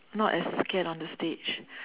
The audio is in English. not as scared on the stage